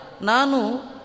Nanu